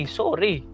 sorry